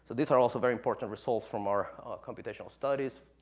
these are also very important results from our computational studies,